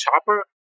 chopper